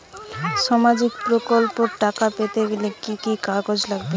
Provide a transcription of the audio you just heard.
সামাজিক প্রকল্পর টাকা পেতে গেলে কি কি কাগজ লাগবে?